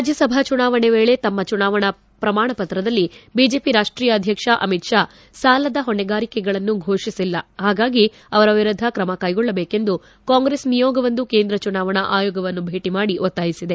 ರಾಜ್ಯಸಭಾ ಚುನಾವಣೆ ವೇಳೆ ತಮ್ಮ ಚುನಾವಣಾ ಪ್ರಮಾಣ ಪತ್ರದಲ್ಲಿ ಬಿಜೆಪಿ ರಾಷ್ಟೀಯ ಅಧ್ಯಕ್ಷ ಅಮಿತ್ ಷಾ ಸಾಲದ ಹೊಣೆಗಾರಿಕೆಗಳನ್ನು ಘೋಷಿಸಿಲ್ಲ ಹಾಗಾಗಿ ಅವರ ವಿರುದ್ಧ ತ್ರಮ ಕೈಗೊಳ್ಳಬೇಕೆಂದು ಕಾಂಗ್ರೆಸ್ ನಿಯೋಗವೊಂದು ಕೇಂದ್ರ ಚುನಾವಣಾ ಆಯೋಗವನ್ನು ಭೇಟಿ ಮಾಡಿ ಒತ್ತಾಯಿಸಿದೆ